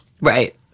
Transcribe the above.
right